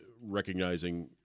recognizing